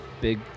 big